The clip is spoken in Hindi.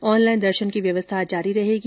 ऑनलाइन दर्शन की व्यवस्था जारी रहेगी